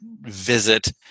visit